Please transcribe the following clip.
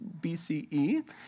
BCE